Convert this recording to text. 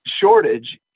shortage